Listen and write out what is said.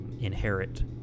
Inherit